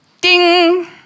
ding